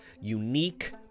unique